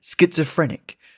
schizophrenic